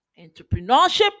entrepreneurship